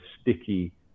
sticky